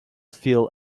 feel